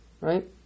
right